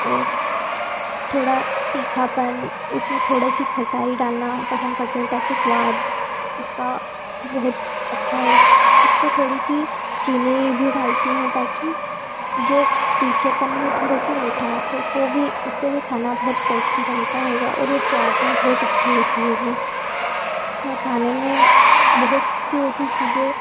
और थोड़ा तीखापन उसमें थोड़े सी खटाई डालना पसंद करती हूँ ताकि स्वाद उसका बहुत अच्छा हो उसपे थोड़ी सी चीनी भी डालती हूँ ताकि जो तीखेपन में थोड़ी सी मिठास होगी उससे भी खाना बहुत टेस्टी बनता हैगा और वो स्वाद में बहुत अच्छी होती होगी मैं खाने में बहुत सी ऐसी चीज़ें